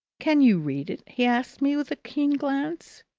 can you read it? he asked me with a keen glance.